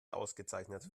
ausgezeichnet